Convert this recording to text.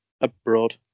abroad